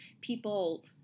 people